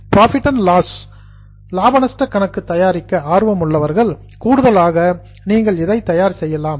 profit and loss லாப நஷ்ட கணக்கு தயாரிக்க ஆர்வமுள்ளவர்கள் கூடுதலாக நீங்கள் இதை தயார் செய்யலாம்